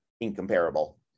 incomparable